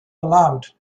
allowed